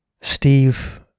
Steve